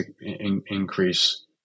increase